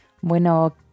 Bueno